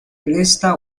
presta